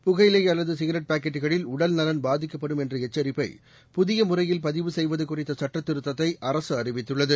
புகையிலை அல்லது சிகரெட் பாக்கெட்டுகளில் உடல்நலன் பாதிக்கப்படும் என்ற எச்சரிப்பை புதிய முறையில் பதிவு செய்வது குறித்த சுட்ட திருத்தத்தை அரசு அறிவித்துள்ளது